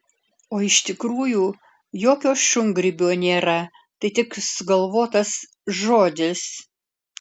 o iš tikrųjų jokio šungrybio nėra tai tik sugalvotas žodis